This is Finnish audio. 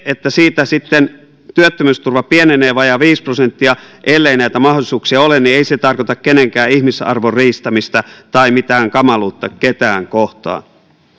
että siitä sitten työttömyysturva pienenee vajaa viisi prosenttia ellei näitä mahdollisuuksia ole ei tarkoita kenenkään ihmisarvon riistämistä tai mitään kamaluutta ketään kohtaan